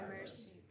mercy